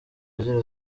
agira